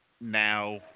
now